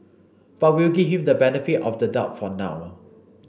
but we'll give him the benefit of the doubt for now